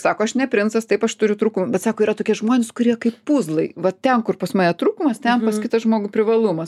sako aš ne princas taip aš turiu trūkumų bet sako yra tokie žmonės kurie kaip puzlai va ten kur pas mane trūkumas ten pas kitą žmogų privalumas